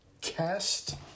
cast